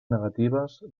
negatives